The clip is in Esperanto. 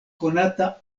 konata